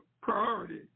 priority